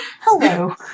Hello